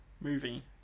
Movie